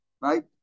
right